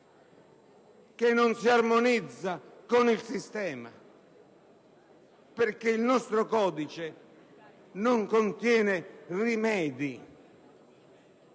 che non si armonizza con il sistema, perché il nostro codice non contiene rimedi